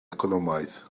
economaidd